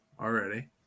already